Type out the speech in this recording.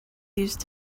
used